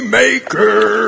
maker